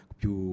più